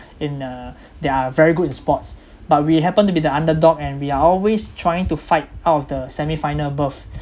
in uh they are very good in sports but we happened to be the underdog and we are always trying to fight out of the semi final berth